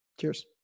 cheers